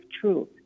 truth